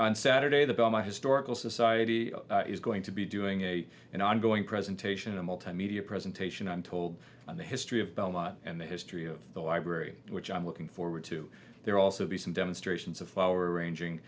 on saturday the boma historical society is going to be doing a an ongoing presentation a multimedia presentation i'm told on the history of belmont and the history of the library which i'm looking forward to there also be some demonstrations of flower arranging